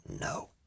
no